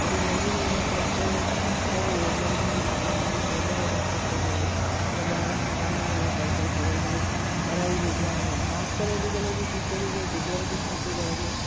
अॼु नंढे नंढा ख़र्च करे नंढी नंढी ॻाल्हियुनि जा वॾा वॾा ख़र्च करे ऐं ॿारनि खे तमामु घणो पैसो फड़े करे पढ़ाई ते ध्यानु ख़ासि करे अॼुकल्ह जी टीचरूं गुजरात जी छा थियूं करणु